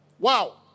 Wow